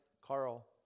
Carl